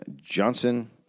Johnson